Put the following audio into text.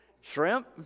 Shrimp